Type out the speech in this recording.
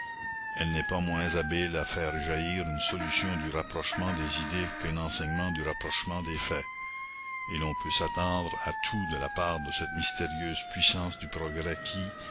elle n'est pas moins habile à faire jaillir une solution du rapprochement des idées qu'un enseignement du rapprochement des faits et l'on peut s'attendre à tout de la part de cette mystérieuse puissance du progrès qui